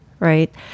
right